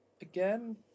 Again